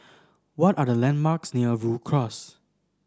what are the landmarks near Rhu Cross